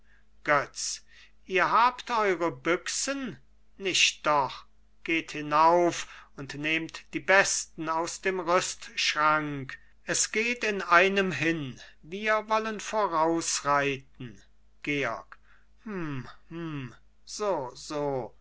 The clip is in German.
götz ihr habt eure büchsen nicht doch geht hinauf und nehmt die besten aus dem rüstschrank es geht in einem hin wir wollen vorausreiten georg